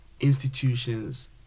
institutions